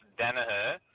Danaher